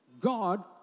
God